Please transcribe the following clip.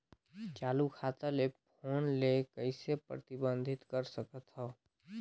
चालू खाता ले फोन ले कइसे प्रतिबंधित कर सकथव?